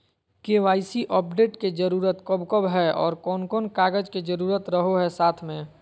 KYC update के जरूरत कब कब है और कौन कौन कागज के जरूरत रहो है साथ में?